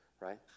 right